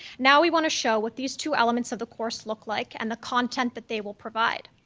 now we wanna show what these two elements of the course look like and the content that they will provide.